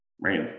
Right